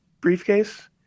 briefcase